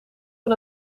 van